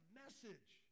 message